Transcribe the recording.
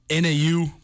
NAU